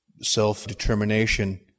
self-determination